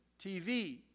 TV